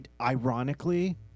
ironically